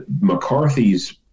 mccarthy's